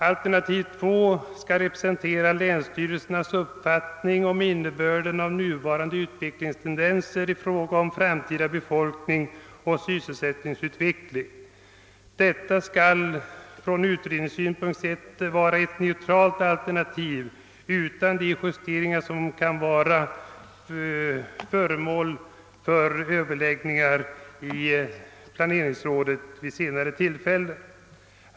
Alternativ 2 skall representera länsstyrelsernas uppfattning om innebörden av nuvarande tendenser i fråga om framtida befolkningsoch sysselsättningsutveckling. Det skall ur utredningssynpunkt vara ett neutralt alternativ utan de justeringar som kan vara föremål för överläggningar i planeringsråden.